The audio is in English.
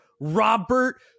Robert